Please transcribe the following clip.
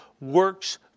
works